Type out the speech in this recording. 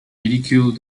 ridicule